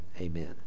amen